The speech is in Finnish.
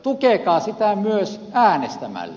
tukekaa sitä myös äänestämällä